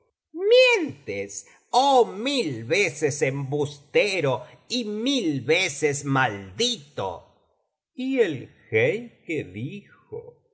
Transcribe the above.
mientes olí mil veces embustero y mil veces maldito y el jeique dijo